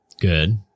good